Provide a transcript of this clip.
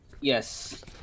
Yes